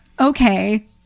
okay